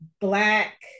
Black